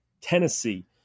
Tennessee